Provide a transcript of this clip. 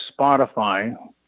Spotify